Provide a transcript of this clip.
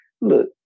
look